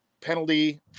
penalty